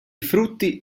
frutti